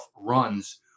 runs